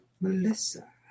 Melissa